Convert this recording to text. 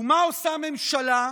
ומה עושה הממשלה,